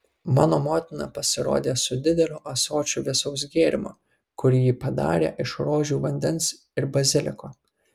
mano motina pasirodė su dideliu ąsočiu vėsaus gėrimo kurį ji padarė iš rožių vandens ir baziliko